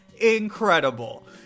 incredible